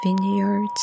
vineyards